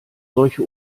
solche